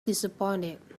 disappointed